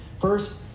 First